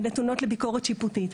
ונתונות לביקורת שיפוטית.